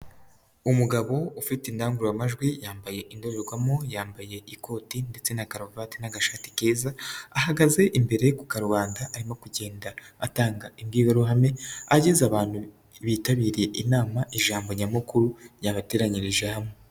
Umugabo ufite indangurura majwi yambaye indorerwamo, yambaye ikoti ndetse na karuvati n'agashati keza, ahagaze imbere ku karubanda arimo kugenda atanga imbwirwaruhame, ageze abantu bitabiriye inama ijambo nyamukuru ryabateranyirije hamwe.